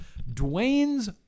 dwayne's